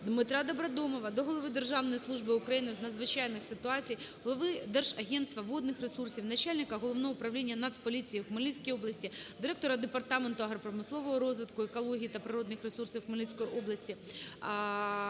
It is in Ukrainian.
ДмитраДобродомова до голови Державної служби України з надзвичайних ситуацій, голови Держагентства водних ресурсів, начальника Головного управління Нацполіції в Хмельницькій області, директора Департаменту агропромислового розвитку, екології та природних ресурсів Хмельницької області,